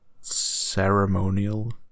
Ceremonial